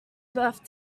birth